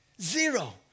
zero